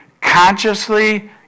consciously